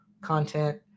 content